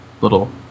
little